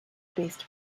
based